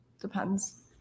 depends